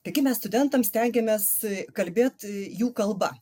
taigi mes studentam stengiamės kalbėt jų kalba